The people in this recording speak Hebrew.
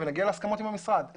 ונגיע להסכמות עם המשרד.